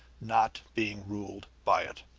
not being ruled by it.